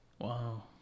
Wow